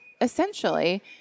essentially